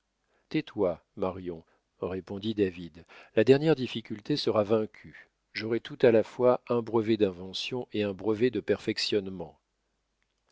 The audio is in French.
tais-toi marion répondit david la dernière difficulté sera vaincue j'aurai tout à la fois un brevet d'invention et un brevet de perfectionnement